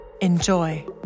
Enjoy